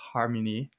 Harmony